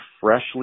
freshly